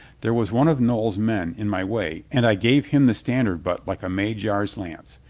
there was one of noll's men in my way and i gave him the standard butt like a magyar's lance,